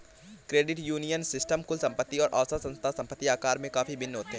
credit union system कुल संपत्ति और औसत संस्था संपत्ति आकार में काफ़ी भिन्न होते हैं